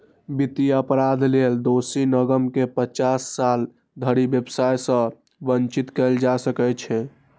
वित्तीय अपराध लेल दोषी निगम कें पचास साल धरि व्यवसाय सं वंचित कैल जा सकै छै